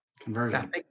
Conversion